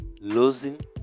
losing